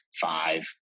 five